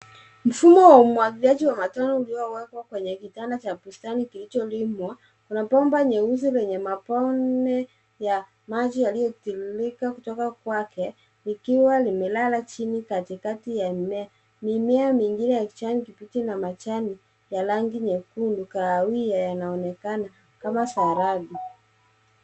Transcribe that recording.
Mfumo wa umwagiliaji wa matone uliowekwa kwenye kitanda cha bustani kilicholimwa, una bomba nyeusi lenye matone ya maji yaliyotiririka kutoka kwake likiwa limelala chini katikati ya mimea. Mimea mingine ya kijani kibichi na majani ya rangi nyekundu, kahawia yanaonekana kama saladi.